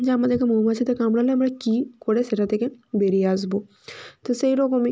যে আমাদেরকে মৌমাছিতে কামড়ালে আমরা কী করে সেটা থেকে বেড়িয়ে আসবো তো সেই রকমই